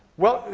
well,